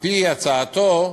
על-פי הצעתו,